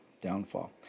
Downfall